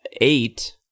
eight